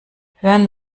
hören